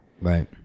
Right